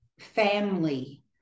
family